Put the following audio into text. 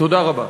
תודה רבה.